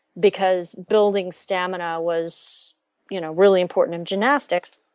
because building stamina was you know really important in gymnastics.